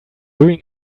doing